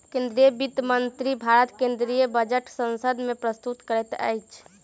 केंद्रीय वित्त मंत्री भारत के केंद्रीय बजट संसद में प्रस्तुत करैत छथि